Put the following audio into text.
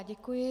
Děkuji.